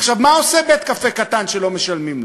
עכשיו, מה עושה בית-קפה קטן שלא משלמים לו?